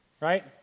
right